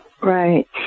Right